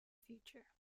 future